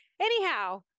anyhow